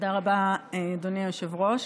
תודה רבה, אדוני היושב-ראש.